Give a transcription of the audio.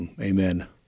Amen